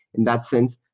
and that sense.